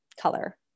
color